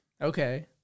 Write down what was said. Okay